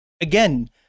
again